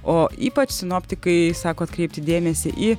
o ypač sinoptikai sako atkreipti dėmesį į